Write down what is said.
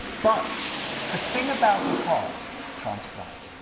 but the thing about a heart transplant,